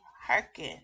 hearken